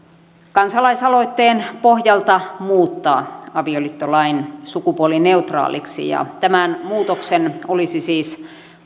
kansalaisaloitteen pohjalta muuttaa avioliittolain sukupuolineutraaliksi ja tämän muutoksen olisi siis